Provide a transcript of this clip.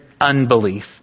unbelief